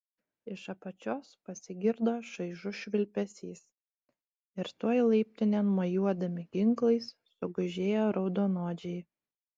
iš apačios pasigirdo šaižus švilpesys ir tuoj laiptinėn mojuodami ginklais sugužėjo raudonodžiai